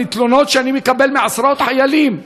מתלונות שאני מקבל מעשרות חיילים,